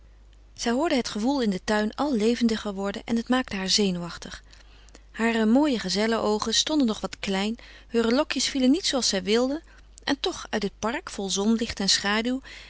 zij hoorde het gewoel in den tuin al levendiger worden en het maakte haar zenuwachtig hare mooie gazellenoogen stonden nog wat klein heure lokjes vielen niet zooals zij wilde en toch uit het park vol zonlicht en schaduw